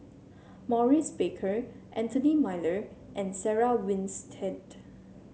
Maurice Baker Anthony Miller and Sarah Winstedt